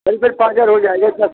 करीब करीब पाँच हजार हो जाएंगे